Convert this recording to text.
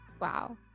Wow